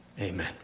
Amen